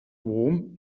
warm